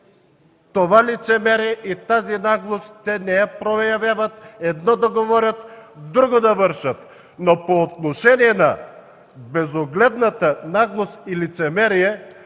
това лицемерие и тази наглост те не я проявяват – едно да говорят, а друго да вършат. Но по отношение на безогледната наглост и лицемерие